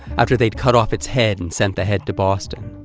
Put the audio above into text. after they'd cut off its head and sent the head to boston,